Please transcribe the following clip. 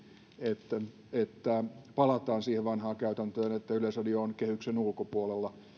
että että palataan siihen vanhaan käytäntöön että yleisradio on kehyksen ulkopuolella